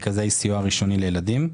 מרכזי סיוע ראשוני לילדים,